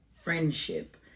friendship